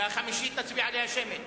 ועל החמישית נצביע שמית.